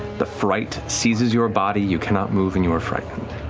the fright seizes your body. you cannot move and you are frightened.